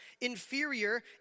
inferior